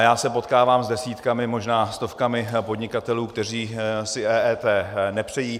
Já se potkávám s desítkami, možná stovkami podnikatelů, kteří si EET nepřejí.